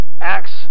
Acts